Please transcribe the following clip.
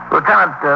Lieutenant